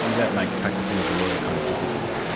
that makes practising as a lawyer kind of difficult.